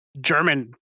German